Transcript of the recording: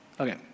Okay